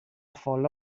folla